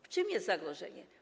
W czym jest zagrożenie?